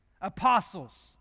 Apostles